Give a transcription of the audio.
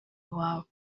iwabo